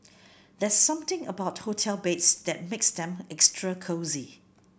there's something about hotel beds that makes them extra cosy